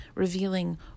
Revealing